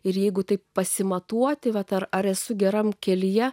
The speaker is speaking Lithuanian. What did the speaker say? ir jeigu taip pasimatuoti vata ar esu geram kelyje